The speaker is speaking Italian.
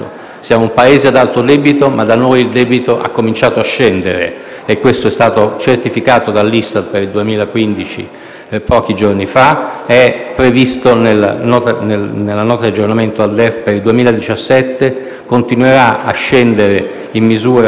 Siamo un Paese ad alto debito, ma da noi il debito ha cominciato a scendere, e questo è stato certificato dall'ISTAT per il 2015 pochi giorni fa; è previsto nella Nota di aggiornamento al DEF per il 2017: continuerà a scendere in misura